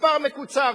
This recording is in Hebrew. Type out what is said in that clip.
מספר מקוצר,